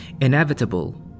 inevitable